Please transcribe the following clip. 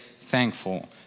thankful